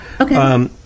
Okay